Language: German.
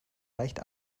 leicht